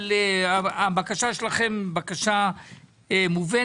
הבקשה שלכם היא בקשה מובנת.